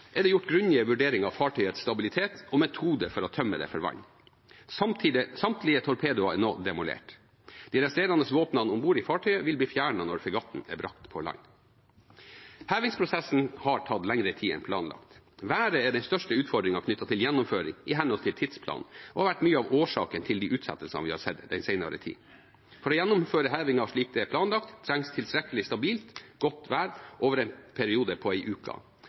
er det gjort grundige vurderinger av fartøyets stabilitet og metode for å tømme det for vann. Samtlige torpedoer er nå demolert. De resterende våpen om bord i fartøyet vil bli fjernet når fregatten er brakt på land. Hevingsprosessen har tatt lengre tid enn planlagt. Været er den største utfordringen knyttet til gjennomføring i henhold til tidsplan og har vært mye av årsaken til de utsettelsene vi har sett i den senere tid. For å gjennomføre hevingen slik det er planlagt, trengs tilstrekkelig stabilt, godt vær over en periode på en uke.